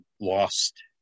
lost